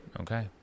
okay